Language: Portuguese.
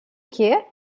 que